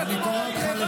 אני אשאל, אני אשאל אתכם.